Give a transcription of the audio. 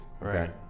Right